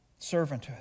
Servanthood